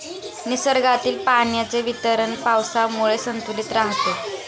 निसर्गातील पाण्याचे वितरण पावसामुळे संतुलित राहते